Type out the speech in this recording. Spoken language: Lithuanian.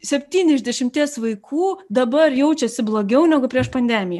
septyni iš dešimties vaikų dabar jaučiasi blogiau negu prieš pandemiją